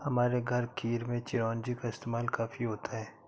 हमारे घर खीर में चिरौंजी का इस्तेमाल काफी होता है